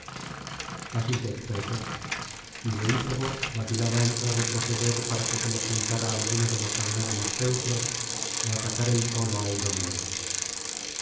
así se expresó y deífobo vacilaba entre retroceder para que se le juntara alguno de los magnánimos teneros ó atacar él solo